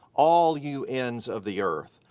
all you ends of the earth.